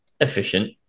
Efficient